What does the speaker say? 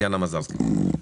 טטיאנה מזרסקי,